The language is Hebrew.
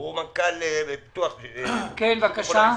בבקשה.